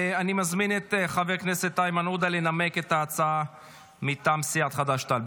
אני מזמין את חבר הכנסת איימן עודה לנמק את ההצעה מטעם סיעת חד"ש-תע"ל,